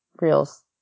reels